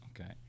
okay